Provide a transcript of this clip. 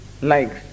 Likes